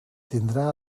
tindrà